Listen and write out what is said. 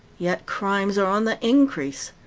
yet crimes are on the increase.